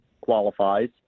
qualifies